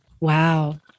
wow